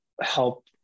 help